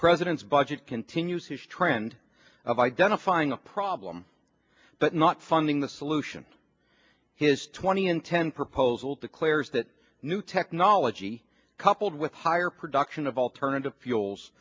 president's budget continues his trend of identifying a problem but not funding the solution his twenty in ten proposal declares that new technology coupled with higher production of alternative fuels